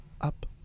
Up